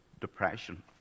depression